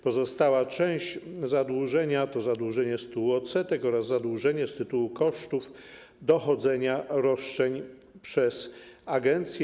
Pozostała część zadłużenia to zadłużenie z tytułu odsetek oraz zadłużenie z tytułu kosztów dochodzenia roszczeń przez agencję.